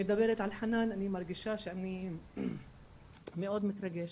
מדברת על חנאן ואני מרגישה שאני מאוד מתרגשת.